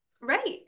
Right